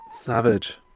savage